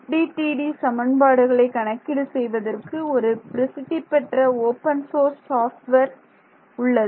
FDTD சமன்பாடுகளை கணக்கீடு செய்வதற்கு ஒரு பிரசித்தி பெற்ற ஓப்பன் சோர்ஸ் சாப்ட்வேர் உள்ளது